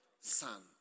son